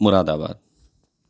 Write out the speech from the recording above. مراد آباد